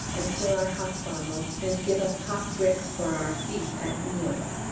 and fill our hot bottles and give us hot bricks for our feet at meals.